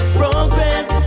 progress